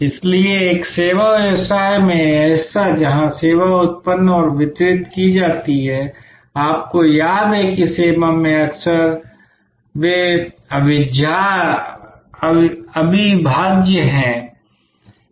इसलिए एक सेवा व्यवसाय में यह हिस्सा जहां सेवा उत्पन्न और वितरित की जाती है और आपको याद है कि सेवा में अक्सर वे अविभाज्य हैं